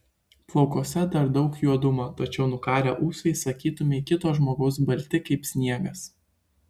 plaukuose dar daug juodumo tačiau nukarę ūsai sakytumei kito žmogaus balti kaip sniegas